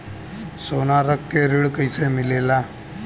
सोना रख के ऋण कैसे मिलेला?